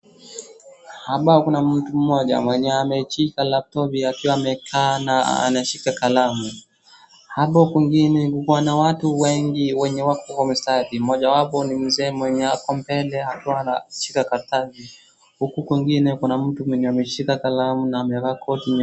Hapa kuna mtu mmoja mwenye ameshika lapitopu akiwa amekaa na anashika kalamu. Hapo kwingine kuko na watu wengi wenye wako kwa mstari. Mmoja wapo ni mzee mwenye ako mbele akiwaa anashika karatasi huku kwingine kuna mtu mwenye ameshika kalamu na amevaa koti.